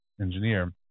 engineer